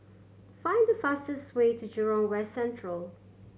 find the fastest way to Jurong West Central